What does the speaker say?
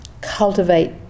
cultivate